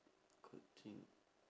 good thing